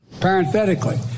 parenthetically